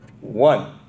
one